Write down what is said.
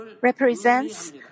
represents